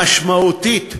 המשמעותית,